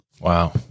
Wow